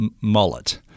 mullet